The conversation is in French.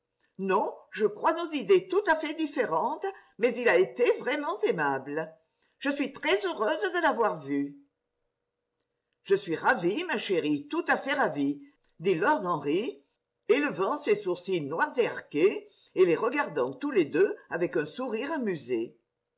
non je crois nos idées tout à fait dilïérentes mais il a été vraiment aimable je suis très heureuse de l'avoir vu je suis ravi ma chérie tout à fait ravi dit lord henry élevant ses sourcils noirs et arqués et les regardant tous les deux avec un sourire amusé